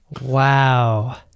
Wow